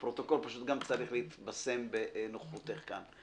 פשוט הפרוטוקול גם צריך להתבשם בנוכחותך כאן.